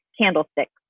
candlesticks